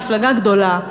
מפלגה גדולה,